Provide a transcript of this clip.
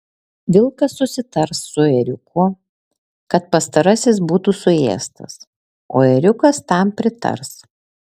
vilkas susitars su ėriuku kad pastarasis būtų suėstas o ėriukas tam pritars